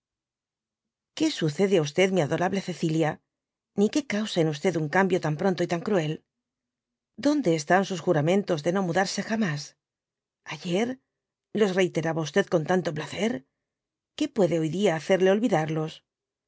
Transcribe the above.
rrk sucede á mi adorable cecilia ni qué causa en un cambio tan pronto y tan cruel donde están sus juramentos de no mudarse jamas ayer los reiteraba con tanto placer que puede hoy dia hacerle olvidarlos